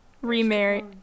remarried